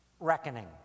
reckoning